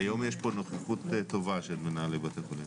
היום יש פה נוכחות טובה של מנהלי בתי חולים.